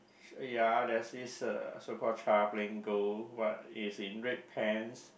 ya there's this uh so called child playing goal what he's in red pants